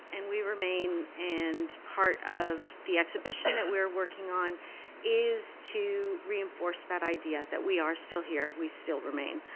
and we remain, and part of the exhibition that we are working on is to reinforce that idea that we are still here, we still remain.